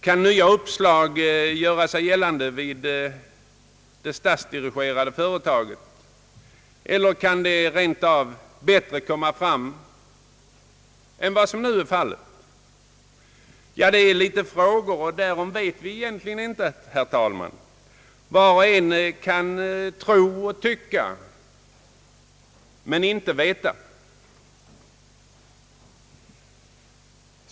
Kan nya uppslag göra sig gällande vid det statsdirigerade företaget — kanske rent av bättre än för närvarande? Detta är några frågor, och vi vet egentligen ingenting om dem, herr talman. Var och en kan tro och tycka men inte veta.